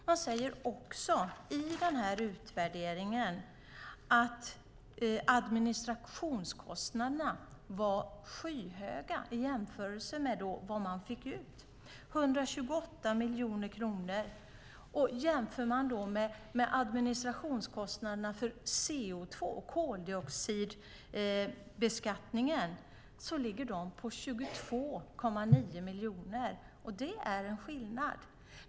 Man säger också i utvärderingen att administrationskostnaderna var skyhöga i jämförelse med vad man fick ut, 128 miljoner kronor. Jämför man med administrationskostnaderna för koldioxidbeskattningen ligger de på 22,9 miljoner. Det är en skillnad.